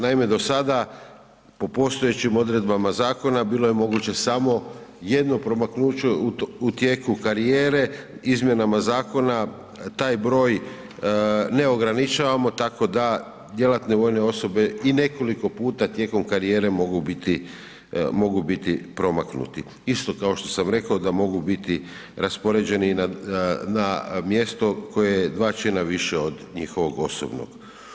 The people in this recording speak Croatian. Naime, do sada po postojećim odredbama zakona bilo je moguće samo jedno promaknuće u tijeku karijere, izmjenama zakona taj broj ne ograničavamo, tako da djelatne vojne osobe i nekoliko puta tijekom karijere mogu biti, mogu biti promaknuti, isto kao što sam rekao da mogu biti raspoređeni na mjesto koje je dva čina više od njihovog osobnog.